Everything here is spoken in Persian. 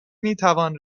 میتوان